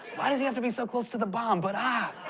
why does he have to be so close to the bomb? but ah.